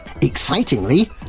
Excitingly